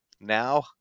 Now